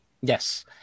Yes